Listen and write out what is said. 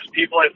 people